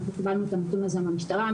אנחנו קיבלנו את הנתון הזה מהמשטרה.